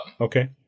Okay